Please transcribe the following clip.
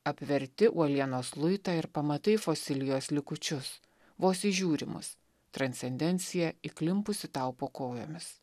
apverti uolienos luitą ir pamatai fosilijos likučius vos įžiūrimus transcendencija įklimpusi tau po kojomis